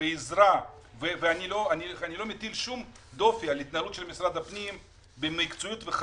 אני מחזיק את הרשימה של הקיצוצים שעשינו כתוצאה